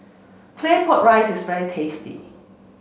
Claypot Rice is very tasty